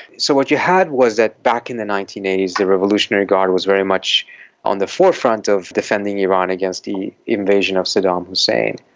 so what you had was that back in the nineteen eighty s the revolutionary guard was very much on the forefront of defending iran against the invasion of saddam hussein.